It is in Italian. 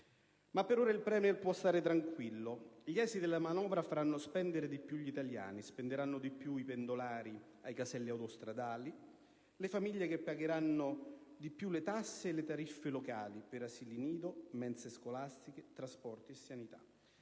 Ma per ora il *Premier* può stare tranquillo: gli esiti della manovra faranno spendere di più gli italiani. Spenderanno di più i pendolari ai caselli autostradali, le famiglie, che spenderanno di più per le tasse e le tariffe locali per asili nido, mense scolastiche, trasporti e sanità.